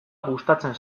gustatzen